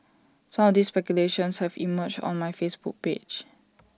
some of these speculations have emerged on my Facebook page